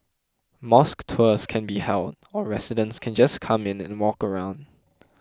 mosque tours can be held or residents can just come in and walk around